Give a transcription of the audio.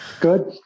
Good